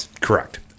correct